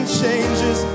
changes